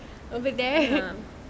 over there